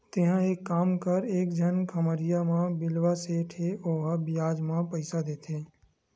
तेंहा एक काम कर एक झन खम्हरिया म बिलवा सेठ हे ओहा बियाज म पइसा देथे